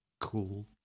cool